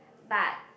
but